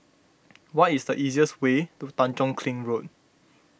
what is the easiest way to Tanjong Kling Road